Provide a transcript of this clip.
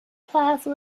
plaza